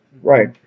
Right